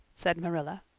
said marilla.